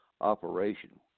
operation